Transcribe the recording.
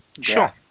Sure